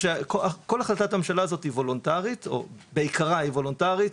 כל החלטת הממשלה הזאת בעיקרה היא וולונטרית,